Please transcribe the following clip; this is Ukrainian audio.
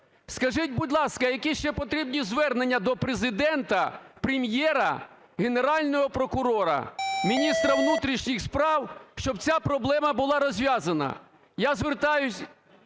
Скажіть, будь ласка, які ще потрібні звернення до Президента, Прем'єра, Генерального прокурора, міністра внутрішніх справ, щоб ця проблема була розв'язана? Я звертаюся